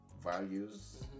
values